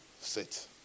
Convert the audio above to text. Sit